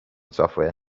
software